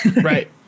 Right